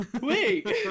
wait